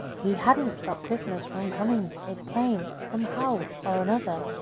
he hadn't stopped christmas from coming! it came! somehow or and other,